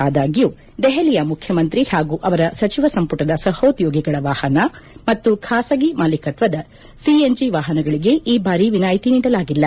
ಆದಾಗ್ಲೂ ದೆಹಲಿಯ ಮುಖ್ಯಮಂತ್ರಿ ಹಾಗೂ ಅವರ ಸಚಿವ ಸಂಪುಟದ ಸಹೋದ್ಲೋಗಿಗಳ ವಾಹನ ಮತ್ತು ಖಾಸಗಿ ಮಾಲೀಕತ್ವದ ಸಿಎನ್ಜಿ ವಾಹನಗಳಿಗೆ ಈ ಬಾರಿ ವಿನಾಯಿತಿ ನೀಡಲಾಗುವುದಿಲ್ಲ